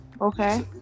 okay